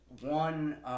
one